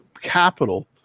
capital